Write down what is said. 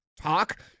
talk